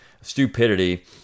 stupidity